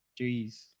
Jeez